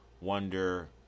wonder